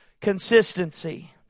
consistency